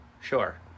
Sure